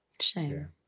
Shame